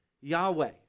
Yahweh